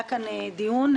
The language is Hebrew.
היה כאן דיון,